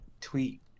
tweet